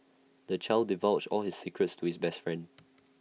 the child divulged all his secrets to his best friend